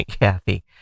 Kathy